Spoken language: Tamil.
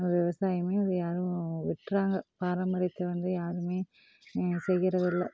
விவசாயமே இது யாரும் விட்றாங்க பாரம்பரியத்தை வந்து யாருமே செய்கிறதில்ல